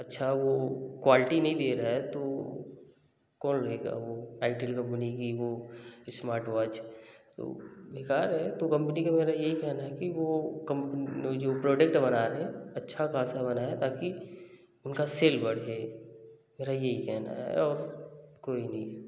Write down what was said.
अच्छा वो क्वालिटी नहीं दे रहा है तो कौन लेगा वो आईटिल कंपनी की वो स्मार्ट वॉच बेकार है तो कंपनी को मेरा ये कहना है कि वो जो प्रोडक्ट बना रहे हैं अच्छा खासा बनाए ताकि उनका सेल बढ़े मेरा यही कहना है और कोई नहीं